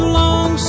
long